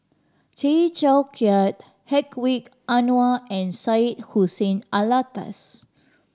Tay Teow Kiat Hedwig Anuar and Syed Hussein Alatas